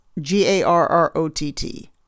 G-A-R-R-O-T-T